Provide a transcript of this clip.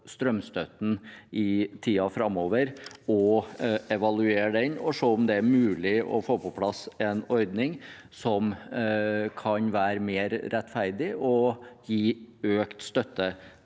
strømstøtten i tiden framover og evaluere den – og se om det er mulig å få på plass en ordning som kan være mer rettferdig og gi økt støtte